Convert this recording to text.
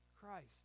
Christ